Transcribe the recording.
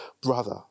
brother